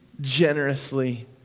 generously